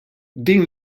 din